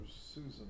Susan